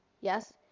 yes